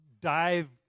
dive